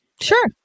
sure